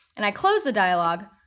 and i close the dialog,